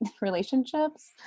relationships